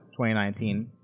2019